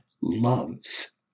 loves